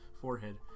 forehead